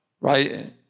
right